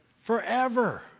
Forever